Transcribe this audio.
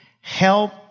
Help